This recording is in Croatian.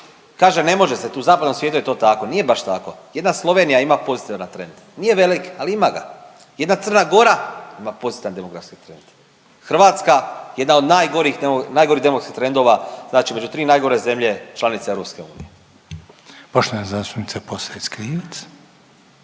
Kaže ne može se tu, u zapadnom svijetu je to tako. Nije baš tako. Jedna Slovenija ima pozitivan trend, nije velik ali ima ga. Jedna Crna Gora ima pozitivan demografski trend. Hrvatska jedna od najgorih demografskih trendova, znači među tri najgore zemlje članice EU. **Reiner, Željko (HDZ)** Poštovana zastupnica Posavec Krivec.